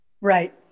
Right